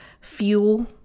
fuel